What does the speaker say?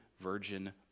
virgin